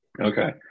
Okay